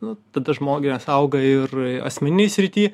nu tada žmonės auga ir asmeninėj srity